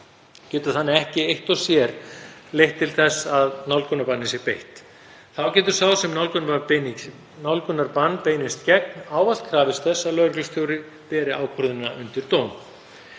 getur þannig ekki eitt og sér leitt til þess að nálgunarbanni sé beitt. Þá getur sá sem nálgunarbann beinist gegn ávallt krafist þess að lögreglustjóri beri ákvörðunina undir dóm.